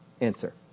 answer